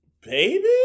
Baby